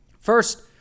First